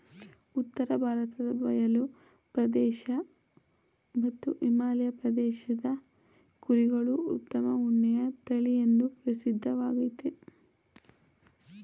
ಉತ್ತರ ಭಾರತ ಬಯಲು ಪ್ರದೇಶ ಮತ್ತು ಹಿಮಾಲಯ ಪ್ರದೇಶದ ಕುರಿಗಳು ಉತ್ತಮ ಉಣ್ಣೆಯ ತಳಿಎಂದೂ ಪ್ರಸಿದ್ಧವಾಗಯ್ತೆ